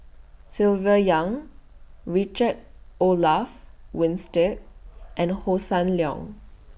Silvia Yong Richard Olaf Winstedt and Hossan Leong